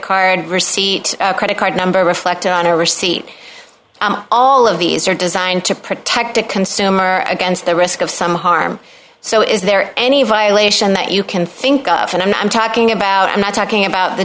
card receipt a credit card number reflected on a receipt all of these are designed to protect a consumer against the risk of some harm so is there any violation that you can think of and i'm talking about i'm talking about the